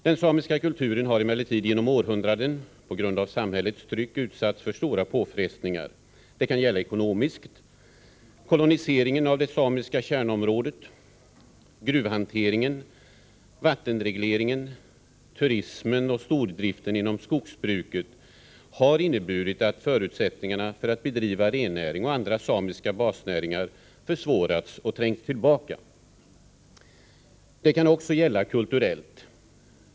Den samiska kulturen har emellertid under århundraden, på grund av samhällets tryck, utsatts för stora påfrestningar. Det kan gälla ekonomiskt: koloniseringen av det samiska kärnområdet, gruvhanteringen, vattenregleringen, turismen och stordriften inom skogsbruket har inneburit att förutsättningarna för att bedriva rennäring och andra samiska basnäringar försvårats och trängts tillbaka. Det kan också gälla kulturellt.